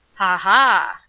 ha!